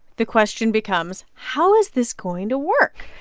the question becomes how is this going to work?